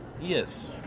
yes